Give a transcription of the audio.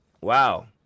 Wow